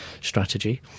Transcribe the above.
strategy